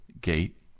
gate